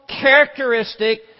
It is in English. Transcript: characteristic